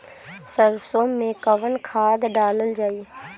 सरसो मैं कवन खाद डालल जाई?